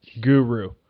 guru